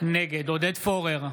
נגד עודד פורר,